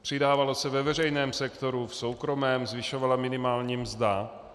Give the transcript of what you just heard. Přidávalo se ve veřejném sektoru, v soukromém zvyšovala minimální mzda.